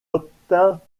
obtint